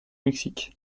mexique